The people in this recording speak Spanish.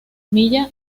milla